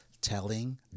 telling